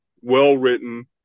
well-written